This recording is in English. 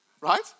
Right